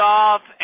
off